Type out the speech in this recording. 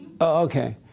Okay